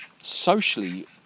socially